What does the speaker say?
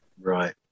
Right